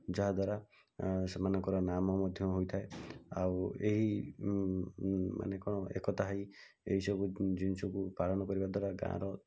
ଯାହା ଦ୍ଵାରା ସେମାନଙ୍କର ନାମ ମଧ୍ୟ ହୋଇଥାଏ ଆଉ ଏହି ମାନେ କ'ଣ ଏକତା ହୋଇ ଏହିସବୁ ଜିନିଷକୁ ପାଳନ କରିବା ଦ୍ଵାରା ଗାଁର